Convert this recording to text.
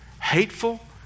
hateful